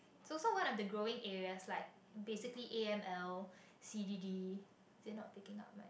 also one of the growing areas like basically a_m_l_c_d_d they are not picking up mine